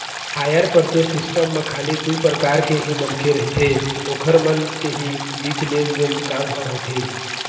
hire purchase system म खाली दू परकार के ही मनखे रहिथे ओखर मन के ही बीच लेन देन के काम ह होथे